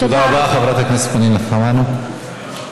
תודה, אדוני.